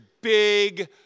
big